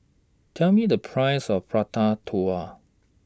Tell Me The Price of Prata Telur